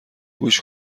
گوش